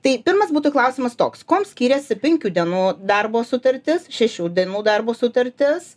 tai pirmas būtų klausimas toks kuom skiriasi penkių dienų darbo sutartis šešių dienų darbo sutartis